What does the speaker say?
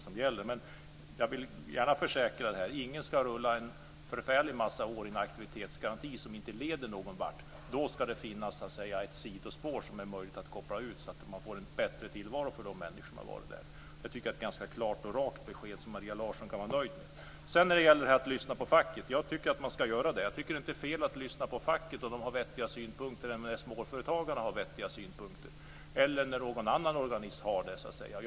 Men jag vill gärna försäkra att ingen ska rulla en förfärlig massa år i en aktivitetsgaranti som inte leder någon vart. Då ska det finnas ett sidospår som det är möjligt att koppla in på så att de människor som har varit i aktiviteten får en bättre tillvaro. Det tycker jag är ett ganska klart och rakt besked, som Maria Larsson kan vara nöjd med. Jag tycker att man ska lyssna på facket. Jag tycker inte att det är fel att lyssna på facket om det har vettiga synpunkter eller på småföretagarna, eller någon annan organisation, om de har vettiga synpunkter.